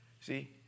See